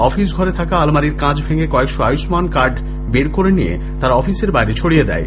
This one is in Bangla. অফিস ঘরে থাকা আলমারির কাঁচ ভেঙে কয়েকশো আয়ুষ্মান কার্ড বের করে নিয়ে তারা অফিসের বাইরে ছডিয়ে দেয়